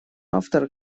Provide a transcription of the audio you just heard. автор